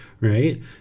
right